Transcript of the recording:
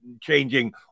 changing